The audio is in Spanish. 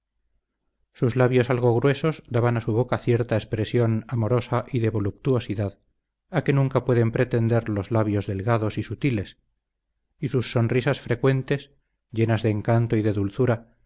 sus labios algo gruesos daban a su boca cierta expresión amorosa y de voluptuosidad a que nunca pueden pretender los labios delgados y sutiles y sus sonrisas frecuentes llenas de encanto y de dulzura